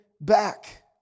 back